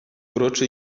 uroczy